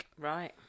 Right